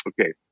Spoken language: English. okay